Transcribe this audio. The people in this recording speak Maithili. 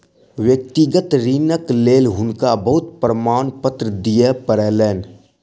व्यक्तिगत ऋणक लेल हुनका बहुत प्रमाणपत्र दिअ पड़लैन